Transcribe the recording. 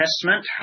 Testament